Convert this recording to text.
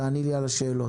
תעני לי על השאלות.